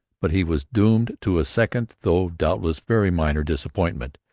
but he was doomed to a second, though doubtless very minor, disappointment.